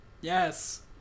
Yes